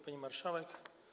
Pani Marszałek!